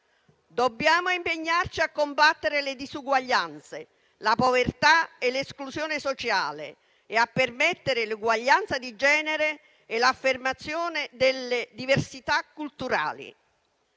Dobbiamo impegnarci a combattere le disuguaglianze, la povertà e l'esclusione sociale e a permettere l'uguaglianza di genere e l'affermazione delle diversità culturali.